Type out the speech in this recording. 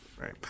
Right